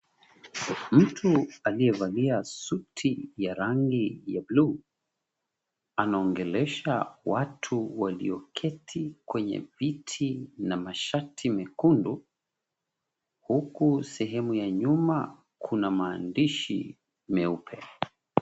Mtu aliyevalia suti ya rangi ya bluu, anaongelesha watu walioketi kwenye viti na mashati mekundu. Huku sehemu ya nyuma kuna maandishi meupe.